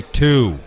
two